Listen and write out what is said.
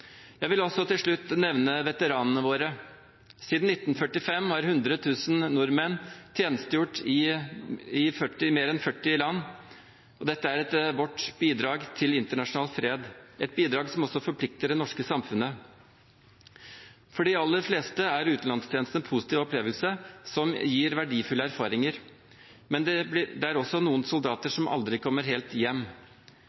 Jeg vil til slutt nevne veteranene våre. Siden 1945 har 100 000 nordmenn tjenestegjort i mer enn 40 land, og dette er vårt bidrag til internasjonal fred, et bidrag som også forplikter det norske samfunnet. For de aller fleste er utenlandstjeneste en positiv opplevelse som gir verdifulle erfaringer, men det er også noen soldater